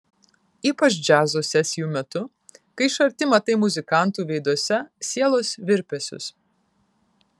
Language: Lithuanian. ypač džiazo sesijų metu kai iš arti matai muzikantų veiduose sielos virpesius